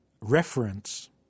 reference